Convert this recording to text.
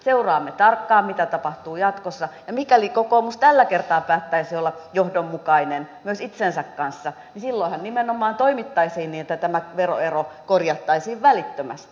seuraamme tarkkaan mitä tapahtuu jatkossa ja mikäli kokoomus tällä kertaa päättäisi olla johdonmukainen myös itsensä kanssa niin silloinhan nimenomaan toimittaisiin niin että tämä veroero korjattaisiin välittömästi